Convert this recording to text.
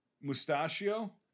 Mustachio